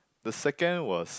the second was